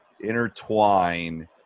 intertwine